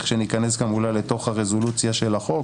כשניכנס אולי לתוך הרזולוציה של החוק